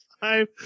five